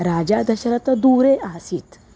राजा दशरथः दूरे आसीत्